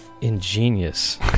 Ingenious